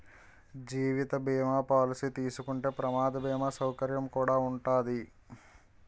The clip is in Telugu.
జీవిత బీమా పాలసీ తీసుకుంటే ప్రమాద బీమా సౌకర్యం కుడా ఉంటాది